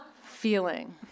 feeling